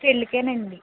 పెళ్ళికేనండి